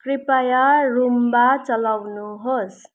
कृपया रूम्बा चलाउनुहोस्